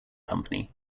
company